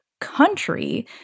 country